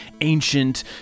ancient